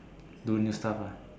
do new stuff ah